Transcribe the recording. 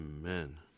Amen